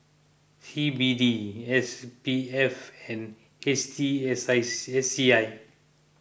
C B D S P F and H T S I S C I